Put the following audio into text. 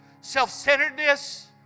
self-centeredness